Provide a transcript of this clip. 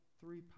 three